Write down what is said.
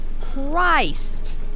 Christ